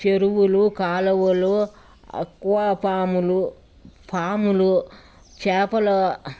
చెరువులు కాలువలు అక్వాఫాములు ఫాములు చేపల